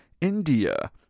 India